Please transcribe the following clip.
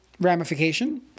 ramification